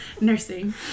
nursing